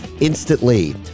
instantly